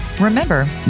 Remember